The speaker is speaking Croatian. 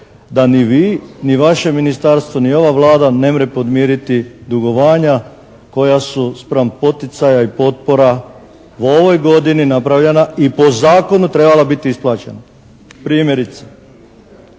da ni vi, ni vaše ministarstvo ni ova Vlada nemre podmiriti dugovanja koja su spram poticaja i potpora u ovoj godini napravljena i po zakonu trebala biti isplaćena. Primjerice.